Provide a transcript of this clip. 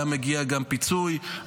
היה מגיע גם פיצוי,